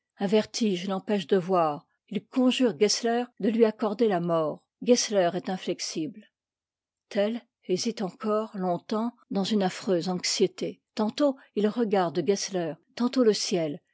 vertige l'empêche de voir il conjure gessler de lui accorder la mort gessler est inflexible tell hésite encore longtemps dans une affreuse auxiété tantôt il regarde gessler tantôt le ciel